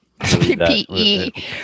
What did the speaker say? ppe